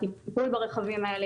הטיפול ברכבים האלה.